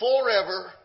forever